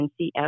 NCS